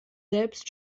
selbst